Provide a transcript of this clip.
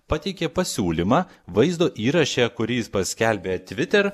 pateikė pasiūlymą vaizdo įraše kurį jis paskelbė twitter